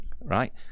Right